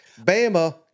Bama